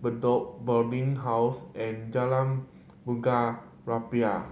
Bedok Boarding House and Jalan Bunga Rampai